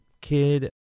kid